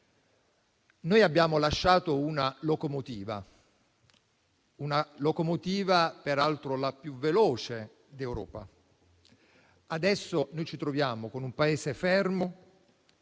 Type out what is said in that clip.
Noi abbiamo lasciato una locomotiva, peraltro la più veloce d'Europa. Adesso ci troviamo con un Paese fermo,